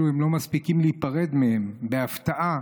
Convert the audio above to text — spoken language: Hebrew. ואפילו הן לא מספיקות להיפרד מהן, בהפתעה.